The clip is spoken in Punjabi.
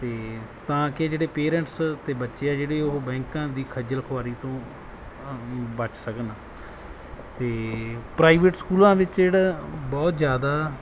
ਅਤੇ ਤਾਂ ਕਿ ਜਿਹੜੇ ਪੇਰੈਂਟਸ ਅਤੇ ਬੱਚੇ ਆ ਜਿਹੜੇ ਉਹ ਬੈਂਕਾਂ ਦੀ ਖੱਜਲ ਖੁਆਰੀ ਤੋਂ ਬਚ ਸਕਣ ਅਤੇ ਪ੍ਰਾਈਵੇਟ ਸਕੂਲਾਂ ਵਿੱਚ ਜਿਹੜਾ ਬਹੁਤ ਜ਼ਿਆਦਾ